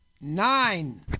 Nine